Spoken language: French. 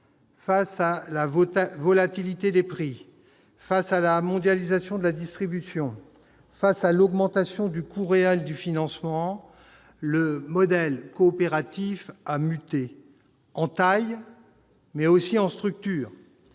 face à la volatilité des prix, face à la mondialisation de la distribution, face à l'augmentation du coût réel du financement, le modèle coopératif a muté en taille, mais aussi en structure.